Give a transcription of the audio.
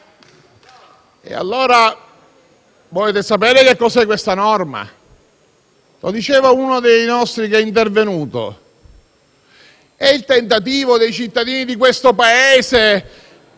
Allora volete sapere che cos'è questa norma? Lo diceva uno dei nostri che è già intervenuto: è il tentativo dei cittadini di questo Paese